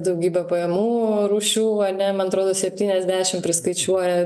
daugybę pajamų rūšių ane man atrodo septyniasdešim priskaičiuoja